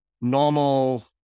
normal